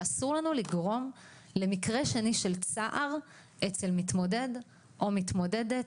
אסור לנו לגרום למקרה שני של צער אצל מתמודד או מתמודדת,